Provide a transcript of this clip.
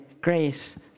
grace